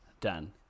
Done